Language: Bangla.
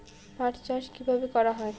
পাট চাষ কীভাবে করা হয়?